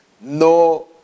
no